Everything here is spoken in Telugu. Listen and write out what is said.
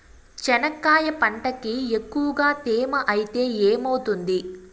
చెనక్కాయ పంటకి ఎక్కువగా తేమ ఐతే ఏమవుతుంది?